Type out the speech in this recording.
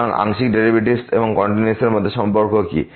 সুতরাং আংশিক ডেরিভেটিভস এবং কন্টিনিউয়িটি র মধ্যে সম্পর্ক কী